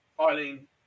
Eileen